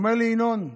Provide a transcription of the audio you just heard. הוא אמר לי: ינון,